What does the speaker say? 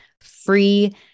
free